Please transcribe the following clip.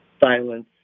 silence